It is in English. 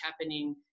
happening